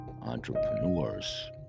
entrepreneurs